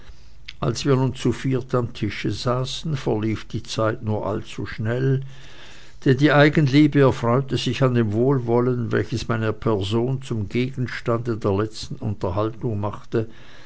als wir nun zu viert am tische saßen verlief die zeit mir nur allzu schnell denn die eigenliebe erfreute sich an dem wohlwollen welches meine person zum gegenstande der letzten unterhaltung machte